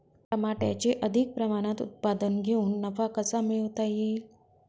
टमाट्याचे अधिक प्रमाणात उत्पादन घेऊन नफा कसा मिळवता येईल?